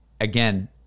again